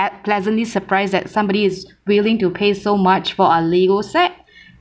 but pleasantly surprised that somebody is willing to pay so much for a Lego set